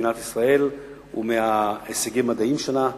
ממדינת ישראל ומההישגים המדעיים שלה.